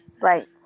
right